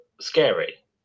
scary